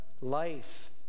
life